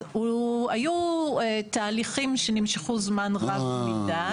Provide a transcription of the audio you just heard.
אז היו תהליכים שנמשכו זמן רב מידי.